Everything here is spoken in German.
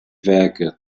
werke